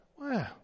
wow